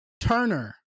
turner